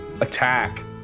attack